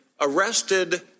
arrested